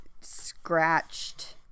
scratched